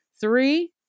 Three